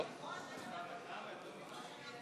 למה לא?